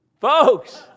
Folks